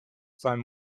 seinem